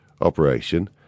operation